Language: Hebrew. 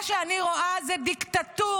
מה שאני רואה זה דיקטטורה,